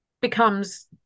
becomes